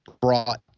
brought